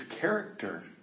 character